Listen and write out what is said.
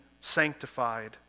sanctified